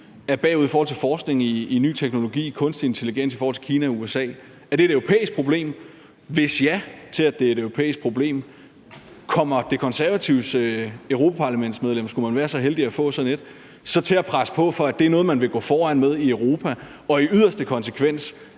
er bagud i forhold til forskning i ny teknologi, kunstig intelligens, i forhold til Kina og USA? Er det et europæisk problem? Og hvis man siger ja til, at det er et europæisk problem, kommer De Konservatives europaparlamentsmedlem, skulle man være så heldig at få sådan et, så til at presse på for, at det er noget, man vil gå foran med i Europa, og er man i yderste konsekvens